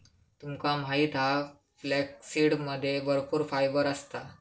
तुमका माहित हा फ्लॅक्ससीडमध्ये भरपूर फायबर असता